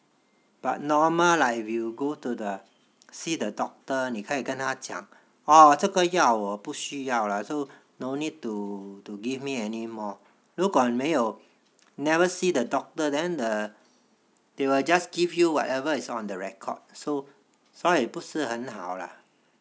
but normal like if you go to the see the doctor 你可以跟他讲哦这个药我不需要 lah so no need to to give me anymore you 如果没有 never see the doctor then the they will just give you whatever is on the record 所以不是很好 lah